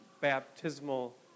baptismal